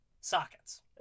sockets